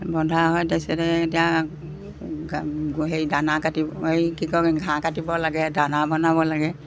বন্ধা হয় তাৰপিছতে এতিয়া হেৰি দানা কাটি হেৰি কি কয় ঘাঁহ কাটিব লাগে দানা বনাব লাগে